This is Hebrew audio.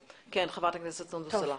חברת הכנסת סונדוס סאלח.